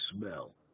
smell